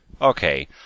Okay